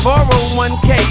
401k